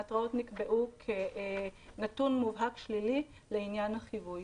ההתראות נקבעו כנתון מובהק שלילי לעניין החיווי,